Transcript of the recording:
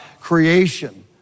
creation